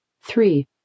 Three